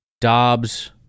Dobbs